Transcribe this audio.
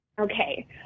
Okay